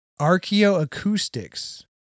archaeoacoustics